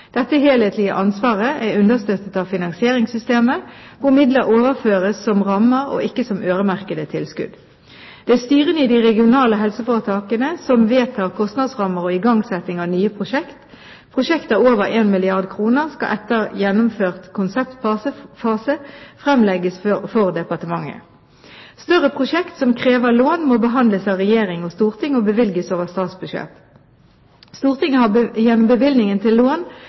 Dette helhetlige ansvaret er understøttet av finansieringssystemet, hvor midler overføres som rammer og ikke som øremerkede tilskudd. Det er styrene i de regionale helseforetakene som vedtar kostnadsrammer og igangsetting av nye prosjekter. Prosjekter over 1 milliard kr skal etter gjennomført konseptfase fremlegges for departementet. Større prosjekter som krever lån, må behandles av regjering og storting og bevilges over statsbudsjettet. Stortinget har gjennom bevilgningen til lån